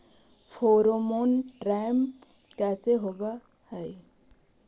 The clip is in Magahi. फेरोमोन ट्रैप कैसे होब हई?